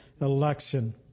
election